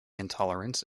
intolerance